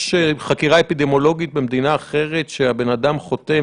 יש חקירה אפידמיולוגית במדינה אחרת שהבן אדם חותם